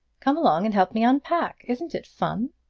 come along and help me unpack! isn't it fun?